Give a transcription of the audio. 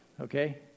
okay